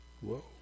Whoa